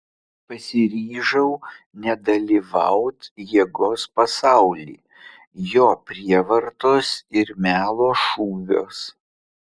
pasiryžau nedalyvaut jėgos pasauly jo prievartos ir melo šūviuos